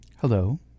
Hello